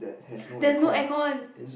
there's no aircon